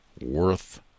worth